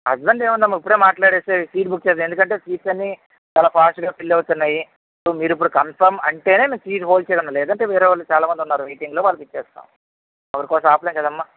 ఇబ్బంది ఏముందమ్మా ఇప్పుడే మాట్లాడేసి సీట్ బుక్ చేసి ఎందుకంటే సీట్స్ అని చాలా ఫాస్టు గా ఫిల్ అవుతున్నాయి మీరు ఇప్పుడు కన్ఫర్మ్ అంటేనే సీటు హోల్డ్ చేయగలను లేదంటే వేరే వాళ్లు చాలా మంది ఉన్నారు వెయిటింగ్ లో వాళ్లకి ఇచ్చేస్తాం ఒకరి కోసం ఆపలేంకాదమ్మా